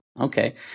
Okay